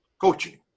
coaching